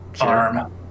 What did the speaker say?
arm